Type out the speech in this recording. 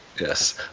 Yes